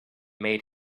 made